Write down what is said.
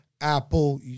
Apple